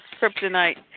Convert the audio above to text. kryptonite